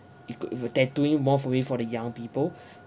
it could if a tattooing more away for the young people